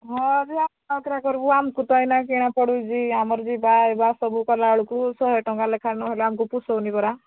ହଁ ଯେ ଆମେ କିରା କରିବୁ ଆମକୁ ତ ଏଇନା କିଣା ପଡ଼ୁଛି ଆମର ବି ବାହା ଏବା ସବୁ କଲାବେଳକୁ ଶହେ ଟଙ୍କା ଲେଖା ନହେଲେ ଆମକୁ ପୋଷଉନି ପରା